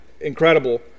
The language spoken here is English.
incredible